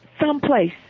someplace